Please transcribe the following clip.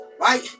right